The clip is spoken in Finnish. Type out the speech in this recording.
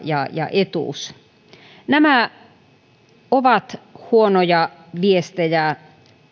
ja ja etuus nämä ovat huonoja viestejä